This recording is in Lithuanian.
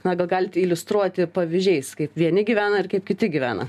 na gal galit iliustruoti pavyzdžiais kaip vieni gyvena ir kaip kiti gyvena